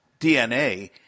DNA